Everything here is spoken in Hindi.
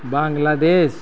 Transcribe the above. बांग्लादेश